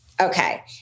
Okay